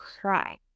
cry